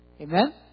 Amen